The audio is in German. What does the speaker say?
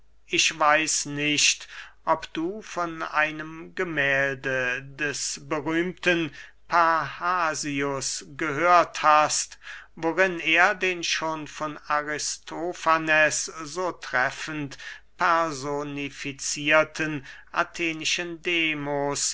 ich weiß nicht ob du von einem gemählde des berühmten parrhasius gehört hast worin er den schon vom aristofanes so treffend personificierten athenischen demos